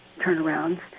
turnarounds